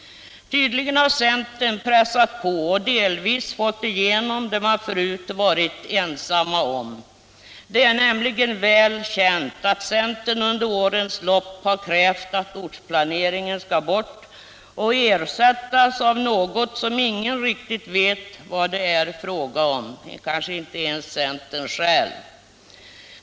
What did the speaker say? Tydligen har centern pressat på och delvis fått igenom det som man förut varit ensam om. Det är nämligen väl känt att centern under årens lopp har krävt att ortsplanen skulle bort och ersättas av något som ingen riktigt vet vad det är — kanske inte ens centern själv.